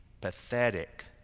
pathetic